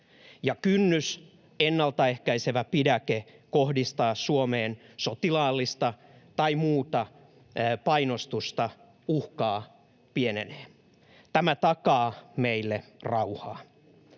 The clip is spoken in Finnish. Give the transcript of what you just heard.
kynnys, ennaltaehkäisevä pidäke, kohdistaa Suomeen sotilaallista tai muuta painostusta tai uhkaa pienenee. Tämä takaa meille rauhaa.